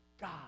God